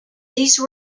these